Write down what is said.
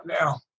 now